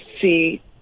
see